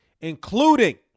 including